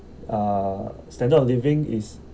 uh standard of living is